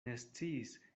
nesciis